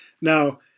Now